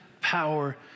power